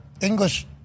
English